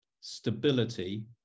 stability